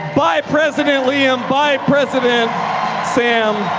bi-president liam, bi-president sam.